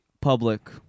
public